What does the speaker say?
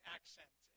Accent